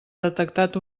detectat